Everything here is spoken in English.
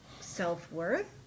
self-worth